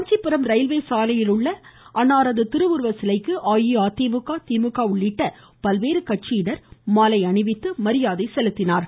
Kanchipuram railway சாலையில் உள்ள அவரது திருவுருச்சிலைக்கு அஇஅதிமுக திமுக உள்ளிட்ட பல்வேறு கட்சியினர் மாலை அணிவித்து மரியாதை செலுத்தினார்கள்